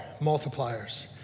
multipliers